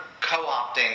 co-opting